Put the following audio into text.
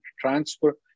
transfer